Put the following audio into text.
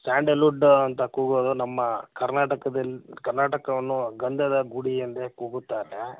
Sandalwood ಅಂತ ಕೂಗೋದು ನಮ್ಮ ಕರ್ನಾಟಕದಲ್ಲಿ ಕರ್ನಾಟಕವನ್ನು ಗಂಧದ ಗುಡಿ ಎಂದೇ ಕೂಗುತ್ತಾರೆ